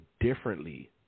differently